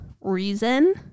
reason